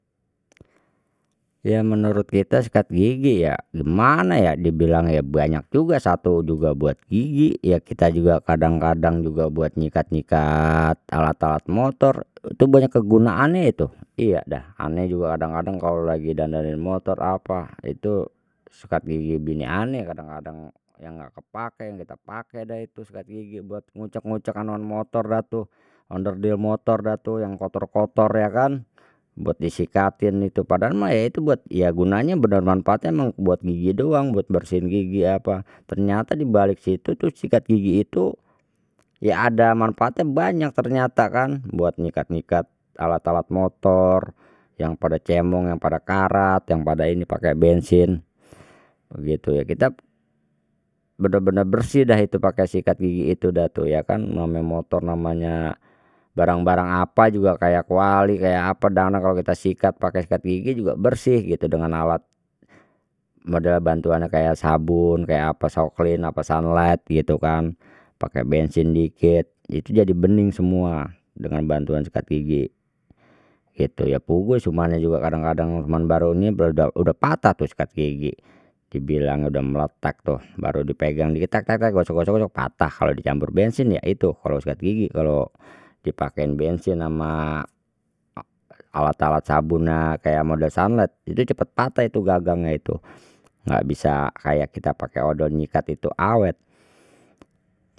Ya menurut kita sikat gigi ya gimana ya dibilang ya banyak juga satu juga buat gigi ya kita juga kadang kadang juga buat nyikat nyikat alat alat motor itu banyak kegunaannya itu iya dah, ane juga kadang kadang kalau lagi dandanin motor apa itu sikat gigi bini ane kadang kadang ya enggak kepakai yang kita pakai deh itu sikat gigi buat ngucek nguncek anoan motor dah tuh onderdil motor dah tu yang kotor kotor ya kan buat disikatin itu padahal mah ya itu buat ya gunanya benar manfaatnya memang buat gigi doang buat bersin gigi apa ternyata dibalik situ tuh sikat gigi itu, ya ada manfaatnya banyak ternyata kan buat nyikat nyikat alat alat motor yang pada cemong yang pada karat yang pada ini pakai bensin begitu ya kita benar benar bersih deh itu pakai sikat gigi itu dah tu ya kan namanya motor namanya barang barang apa juga kayak kuali kayak apa dandang kalau kita sikat pakai sikat gigi juga bersih gitu dengan alat model bantuan kayak sabun kayak apa soklin apa sunlight gitu kan pakai bensin dikit itu jadi bening semua dengan bantuan sikat gigi gitu ya puguh cumannya juga kadang kadang baru ini sudah patah tuh sikat gigi dibilang udah meletak tuh baru dipegang dikit tek tek tek gosok gosok gosok patah kalau dicampur bensin ya itu kalau sikat gigi kalau dipakain bensin ama alat alat sabun kayak model sunlight jadi cepat patah itu gagangnya itu enggak bisa kayak kita pakai odol nyikat itu awet.